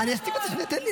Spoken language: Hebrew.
אני לא שואלת אותך.